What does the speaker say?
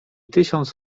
tysiąc